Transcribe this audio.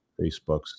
Facebooks